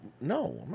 No